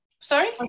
Sorry